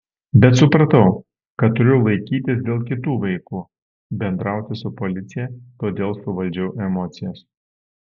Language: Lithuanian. bet supratau kad turiu laikytis dėl kitų vaikų bendrauti su policija todėl suvaldžiau emocijas